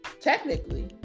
technically